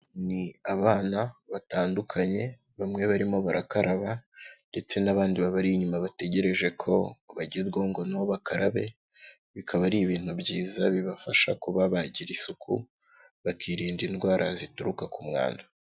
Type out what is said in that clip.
Ni abana batandukanye bamwe barimo barakaraba ndetse n'abandi babari inyuma bategereje ko bagerwaho ngo nabo bakarabe, bikaba ari ibintu byiza bibafasha kuba bagira isuku, bakirinda indwara zituruka ku mwanda.